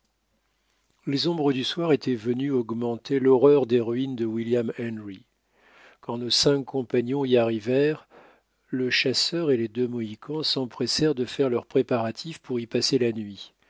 les ombres du soir étaient venues augmenter l'horreur des ruines de william henry quand nos cinq compagnons y arrivèrent le chasseur et les deux mohicans s'empressèrent de faire leurs préparatifs pour y passer la nuit